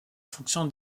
fonction